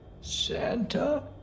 Santa